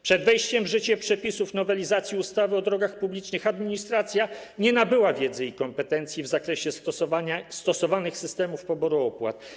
Przed wejściem w życie przepisów nowelizacji ustawy o drogach publicznych administracja nie nabyła wiedzy i kompetencji w zakresie stosowanych systemów poboru opłat.